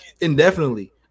indefinitely